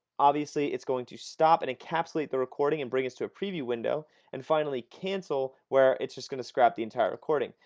obviously it's going to stop and encapsulate the recording and bring us to a preview window and then finally cancel where it's just going to scrap the entire recording.